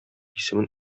исемен